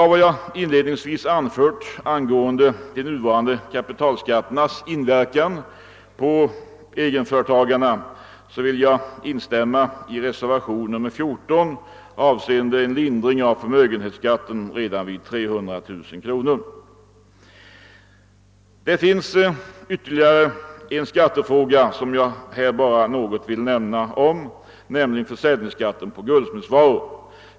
av vad jag inledningsvis anfört angående de nuvarande kapitalskatternas inverkan på egenföretagarna vill jag instämma i reservation 14 avseende en lindring av förmögenhetsskatten redan vid 300 000 kronor. Det är ytterligare en skattefråga som jag här något vill beröra, nämligen för säljningsskatten på <guldsmedsvaror.